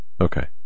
Okay